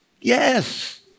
Yes